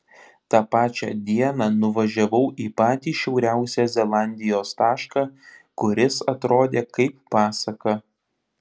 tą pačią dieną nuvažiavau į patį šiauriausią zelandijos tašką kuris atrodė kaip pasaka